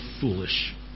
foolish